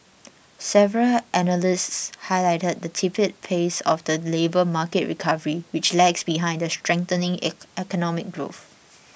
several analysts highlighted the tepid labour market recovery which lags behind the strengthening economic growth